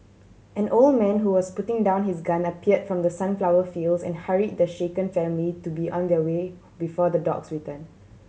an old man who was putting down his gun appeared from the sunflower fields and hurry the shaken family to be on their way before the dogs return